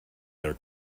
their